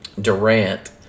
Durant